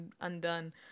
Undone